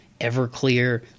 Everclear